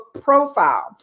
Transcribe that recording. profile